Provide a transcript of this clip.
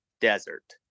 desert